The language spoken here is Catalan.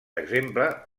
exemple